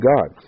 God